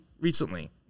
recently